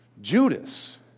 Judas